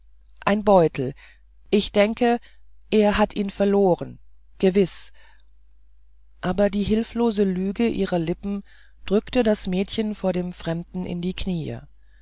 ein beutel ich denke er hat ihn verloren gewiß aber die hilflose lüge ihrer lippen drückte das mädchen vor dem fremden in die kniee